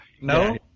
No